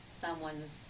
someone's